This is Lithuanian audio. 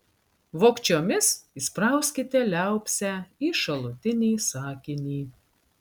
vogčiomis įsprauskite liaupsę į šalutinį sakinį